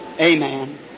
Amen